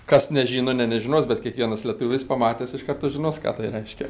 kas nežino ne nežinos bet kiekvienas lietuvis pamatęs iš karto žinos ką tai reiškia